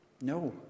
No